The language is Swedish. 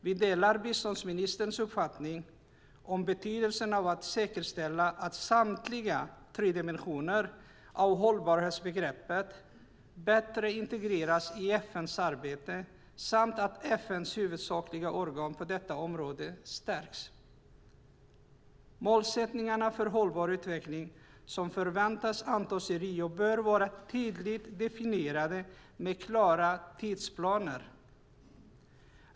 Vi delar biståndsministerns uppfattning om betydelsen av att säkerställa att samtliga tre dimensioner av hållbarhetsbegreppet bättre integreras i FN:s arbete samt att FN:s huvudsakliga organ på detta område stärks. Målsättningarna för hållbar utveckling som förväntas antas i Rio bör vara tydligt definierade med klara tidsplaner.